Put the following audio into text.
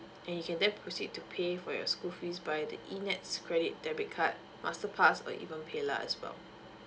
and then you can proceed to pay for your school fees by the eNETS credit debit card masterpass or even paylah as well